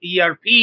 ERP